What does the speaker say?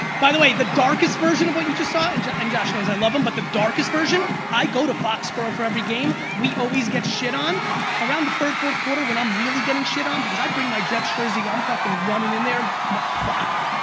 by the way the darkest version of what you just saw and yeah and josh knows i love him, but the darkest version, i go to foxborough for every game, we always get shit on around the third, fourth quarter when i'm really getting shit on because i bring my jets jersey, i'm fuckin' running in there proper,